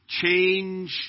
Change